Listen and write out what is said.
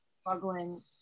struggling